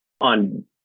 on